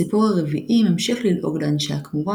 הסיפור הרביעי ממשיך ללעוג לאנשי הכמורה,